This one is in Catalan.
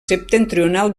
septentrional